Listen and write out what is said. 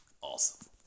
awesome